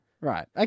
Right